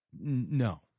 No